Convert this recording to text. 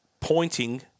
pointing